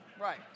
Right